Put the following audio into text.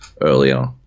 earlier